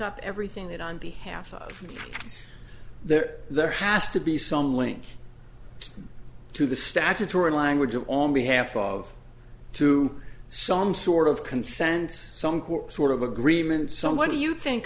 up everything that on behalf of that there has to be some link to the statutory language on behalf of to some sort of consensus some core sort of agreement some what do you think